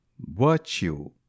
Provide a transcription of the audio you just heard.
Virtue